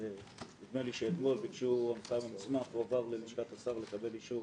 נדמה לי שאתמול ביקשו הנחיה והמסמך הועבר ללשכת השר לקבל אישור